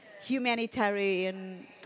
humanitarian